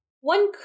One